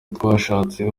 twashatse